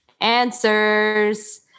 Answers